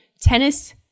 Tennis